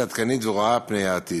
עדכנית ורואה פני העתיד.